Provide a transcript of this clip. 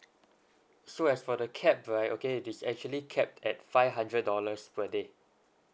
so as for the cap right okay it is actually capped at five hundred dollars per day